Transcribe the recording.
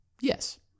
Yes